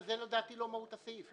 אבל זה לדעתי לא מהות הסעיף.